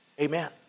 Amen